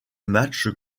match